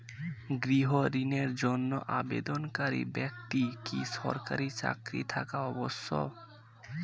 গৃহ ঋণের জন্য আবেদনকারী ব্যক্তি কি সরকারি চাকরি থাকা আবশ্যক?